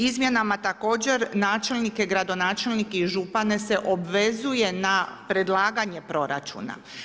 Izmjenama također načelnike, gradonačelnike i župane se obvezuje na predlaganje proračuna.